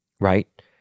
right